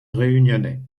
réunionnais